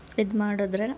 ಇದು ಮಾಡಿದ್ರೆ